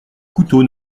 couteau